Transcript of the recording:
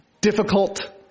difficult